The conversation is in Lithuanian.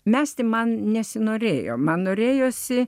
mesti man nesinorėjo man norėjosi